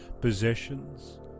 possessions